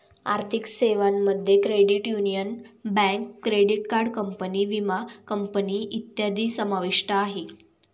आर्थिक सेवांमध्ये credit union, bank, credit card company, विमा कंपनी इत्यादी समाविष्ट आहे